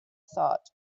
thought